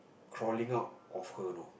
crawling out of her know